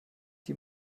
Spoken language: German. die